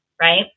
Right